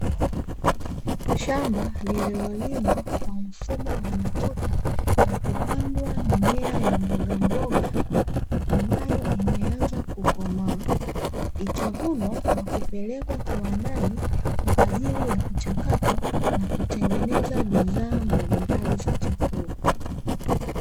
Shamba lililolimwa kwa mfumo wa matuta na kupandwa mimea ya mbogamboga ambayo imeanza kukomaa, itavunwa na kupelekwa kiwandani kwa ajili ya kuchakatwa na kutengenezwa bidhaa mbalimbali za chakula.